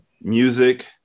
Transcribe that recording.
Music